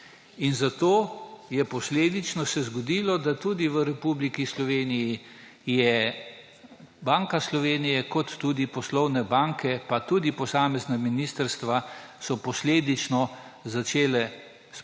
Zato se je posledično zgodilo, da je tudi v Republiki Sloveniji Banka Slovenije, kot tudi poslovne banke in tudi posamezna ministrstva so posledično začele